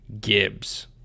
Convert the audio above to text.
Gibbs